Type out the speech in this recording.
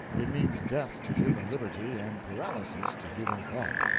it means death to human liberty and paralysis to human thought.